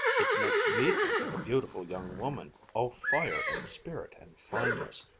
it makes me think of a beautiful young woman, all fire and spirit, and fineness,